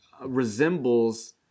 resembles